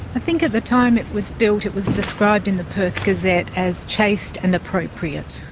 i think at the time it was built, it was described in the perth gazette as chaste and appropriate.